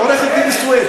על החוק הזה?